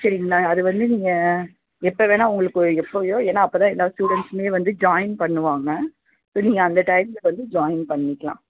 சரிங்களா அது வந்து நீங்கள் எப்போ வேணுனா உங்களுக்கு எப்போயோ ஏன்னா அப்போ தான் எல்லா ஸ்டூடெண்ட்ஸுமே வந்து ஜாயின் பண்ணுவாங்க இது நீங்கள் அந்த டயத்தில் வந்து ஜாயின் பண்ணிக்கலாம்